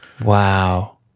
Wow